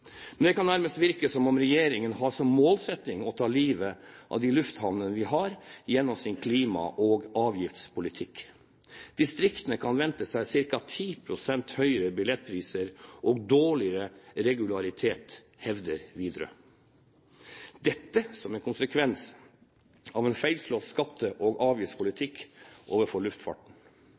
Det kan nærmest virke som om regjeringen har som målsetting å ta livet av de lufthavnene vi har, gjennom sin klima- og avgiftspolitikk. Distriktene kan vente seg ca. 10 pst. høyere billettpriser og dårligere regularitet, hevder Widerøe – dette som en konsekvens av en feilslått skatte- og avgiftspolitikk overfor luftfarten.